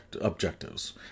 objectives